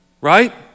right